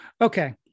Okay